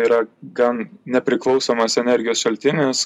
yra gan nepriklausomas energijos šaltinis